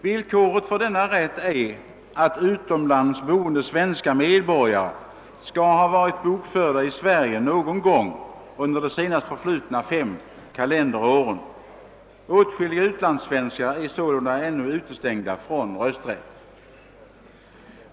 Villkoret för denna rätt är att utomlands boende svenska medborgare skall ha varit kyrkobokförda i Sverige någon gång under de senast förflutna fem kalenderåren. Åtskilliga utlandssvenskar är således ännu utestängda från rösträtt.